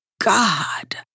God